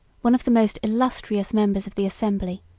one of the most illustrious members of the assembly,